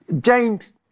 James